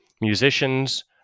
musicians